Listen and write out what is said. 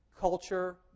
Culture